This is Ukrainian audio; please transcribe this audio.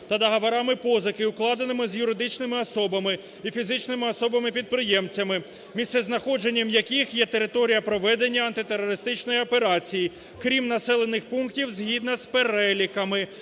та договорами позики, укладеними з юридичними особами і фізичними особами – підприємцями, місцем знаходження яких є територія проведення антитерористичної операції, крім населених пунктів згідно з переліками,